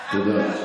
תודה.